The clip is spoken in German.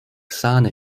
sahne